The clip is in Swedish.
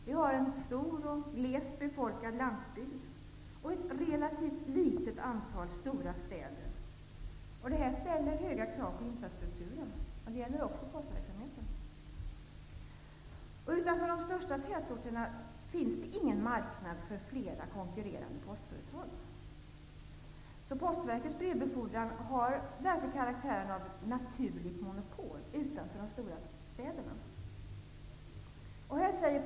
Vi har en stor och glest befolkad landsbygd och ett relativt litet antal stora städer. Det ställer höga krav på infrastrukturen. Det gäller också postverksamheten. Utanför de största tätorterna finns det ingen marknad för flera konkurrerande postföretag. Postverkets brevbefordran har därför karaktären av naturligt monopol utanför de stora städerna.